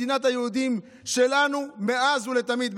מדינת היהודים שלנו מאז ולתמיד,